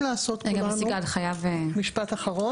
חייבים לעשות כולנו, משפט אחרון.